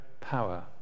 power